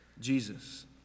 Jesus